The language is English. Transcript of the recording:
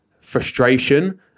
frustration